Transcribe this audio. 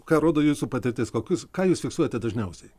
ką rodo jūsų patirtis kokius ką jūs fiksuojate dažniausiai